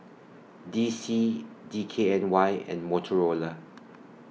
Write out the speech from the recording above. D C D K N Y and Motorola